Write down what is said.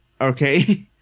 Okay